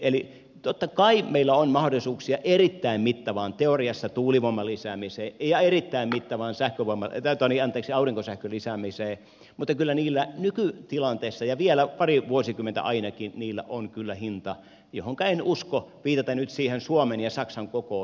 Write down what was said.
eli totta kai meillä on mahdollisuuksia teoriassa erittäin mittavaan tuulivoiman lisäämiseen ja erittäin mittavaan aurinkosähkön lisäämiseen mutta kyllä niillä nykytilanteessa ja vielä pari vuosikymmentä ainakin on hinta johonka en usko viitaten nyt siihen suomen ja saksan kokoon